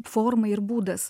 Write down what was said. forma ir būdas